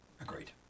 agreed